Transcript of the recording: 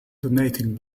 donating